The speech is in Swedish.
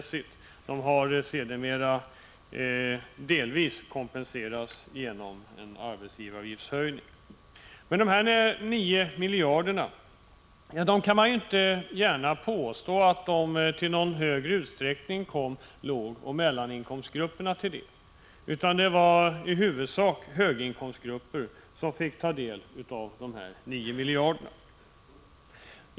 Detta har sedermera delvis kompenserats genom en höjning av arbetsgivaravgiften, men man kan ju inte gärna påstå att dessa 9 miljarder till någon högre grad kom lågoch mellaninkomstgrupperna till godo. Det var i huvudsak höginkomstgrupper som fick dem.